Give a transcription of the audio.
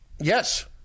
Yes